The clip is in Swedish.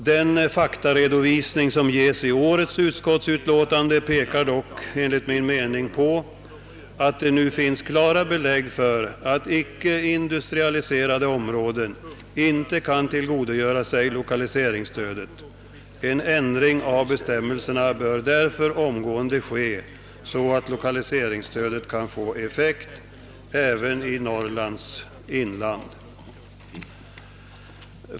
Den faktaredovisning som ges i årets utskottsutlåtande pekar dock, enligt min mening, på att det nu finns klara belägg för att icke industrialiserade områden inte kan tillgodogöra sig lokaliseringsstödet. En ändring av bestämmelserna bör därför omgående ske så att lokaliseringsstödet kan få effekt även i Norrlands inland.